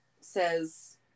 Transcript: says